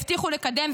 הבטיחו לקדם,